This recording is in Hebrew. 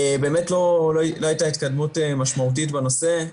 באמת לא הייתה התקדמות משמעותית בנושא.